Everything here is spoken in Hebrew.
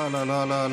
לא, לא.